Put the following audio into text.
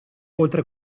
oltre